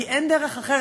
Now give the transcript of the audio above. כי אין דרך אחרת.